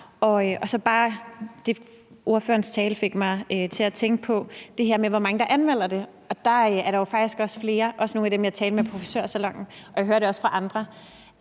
de står frem. Ordførerens tale fik mig til at tænke på det her med, hvor mange der anmelder det. Der er faktisk også flere, også nogle af dem, jeg talte med i frisørsalonen, og jeg hører det også fra andre,